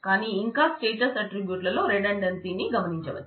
కాని ఇంకా స్టేటస్ ఆట్రిబ్యూట్లో రిడండెన్సీ ని గమనించవచ్చు